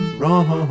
wrong